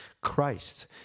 Christ